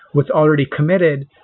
was already committed.